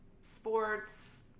sports